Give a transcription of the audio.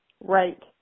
Right